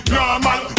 Normal